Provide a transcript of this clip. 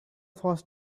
first